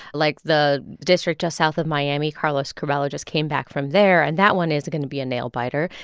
like the district just south of miami. carlos curbelo just came back from there. and that one is going to be a nail-biter.